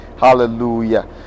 Hallelujah